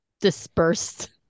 dispersed